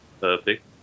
perfect